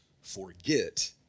forget